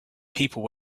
people